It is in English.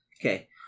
Okay